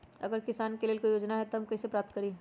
अगर किसान के लेल कोई योजना है त हम कईसे प्राप्त करी?